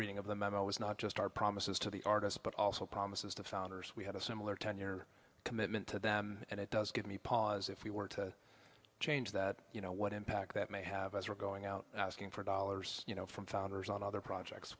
reading of the memo was not just our promises to the artist but also promises to founders we had a similar ten year commitment to them and it does give me pause if we were to change that you know what impact that may have as we're going out asking for dollars you know from founders on other projects